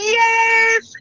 yes